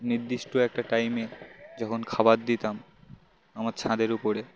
নির্দিষ্ট একটা টাইমে যখন খাবার দিতাম আমার ছাদের উপরে